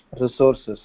resources